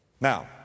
Now